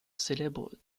célèbre